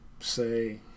say